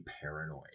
paranoid